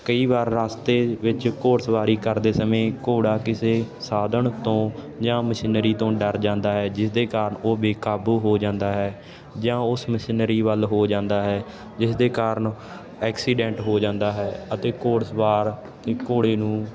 ਕਈ ਵਾਰ ਰਸਤੇ ਵਿੱਚ ਘੋੜਸਵਾਰੀ ਕਰਦੇ ਸਮੇਂ ਘੋੜਾ ਕਿਸੇ ਸਾਧਨ ਤੋਂ ਜਾਂ ਮਸ਼ੀਨਰੀ ਤੋਂ ਡਰ ਜਾਂਦਾ ਹੈ ਜਿਸ ਦੇ ਕਾਰਨ ਉਹ ਬੇਕਾਬੂ ਹੋ ਜਾਂਦਾ ਹੈ ਜਾਂ ਉਸ ਮਸ਼ੀਨਰੀ ਵੱਲ ਹੋ ਜਾਂਦਾ ਹੈ ਜਿਸ ਦੇ ਕਾਰਨ ਐਕਸੀਡੈਂਟ ਹੋ ਜਾਂਦਾ ਹੈ ਅਤੇ ਘੋੜਸਵਾਰ ਅਤੇ ਘੋੜੇ ਨੂੰ